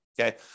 Okay